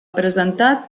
presentat